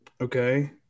Okay